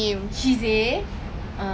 ya damn fun dah remember